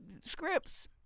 scripts